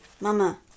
Mama